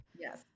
yes